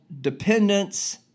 Dependence